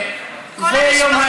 מה לעשות?